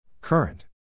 Current